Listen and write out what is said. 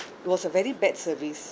it was a very bad service